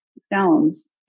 stones